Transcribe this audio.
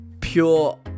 pure